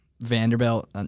Vanderbilt